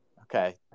Okay